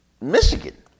Michigan